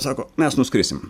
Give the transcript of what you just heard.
sako mes nuskrisim